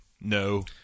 No